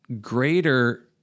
greater